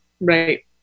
Right